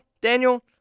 Daniel